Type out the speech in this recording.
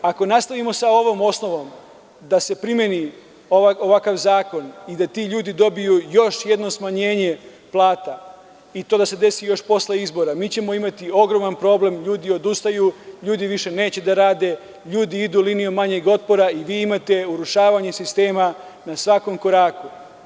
Ako nastavimo sa ovom osnovom da se primeni ovakav zakon i da ti ljudi dobiju još jedno smanjenje plata, i to da se desi još posle izbora, mi ćemo imati ogroman problem, ljudi odustaju, ljudi više neće da rade, ljudi idu linijom manjeg otpora i vi imate urušavanje sistema na svakom koraku.